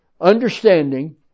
Understanding